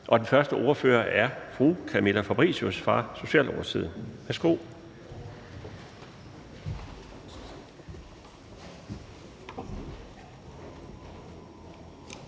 Den første ordfører er fru Camilla Fabricius fra Socialdemokratiet. Værsgo.